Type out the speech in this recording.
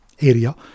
area